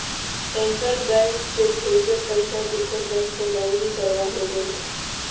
central bank से भेजल पैसा दूसर बैंक में नकदी प्रवाह होबो हइ